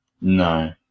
No